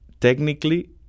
technically